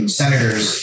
senators